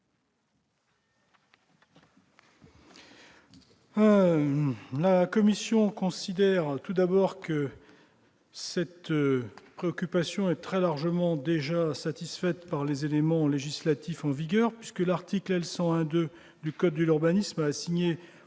La commission considère que cette préoccupation est très largement satisfaite par les éléments législatifs en vigueur, puisque l'article L. 101-2 du code de l'urbanisme assigne